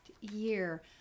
year